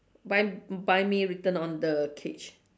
bu~ buy me written on the cage